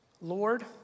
Lord